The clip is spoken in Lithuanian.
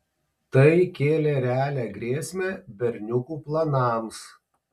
tai kėlė realią grėsmę berniukų planams